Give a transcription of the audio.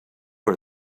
are